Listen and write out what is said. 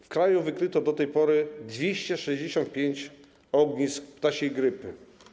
W kraju wykryto do tej pory 265 ognisk ptasiej grypy.